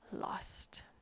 lost